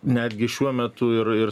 netgi šiuo metu ir ir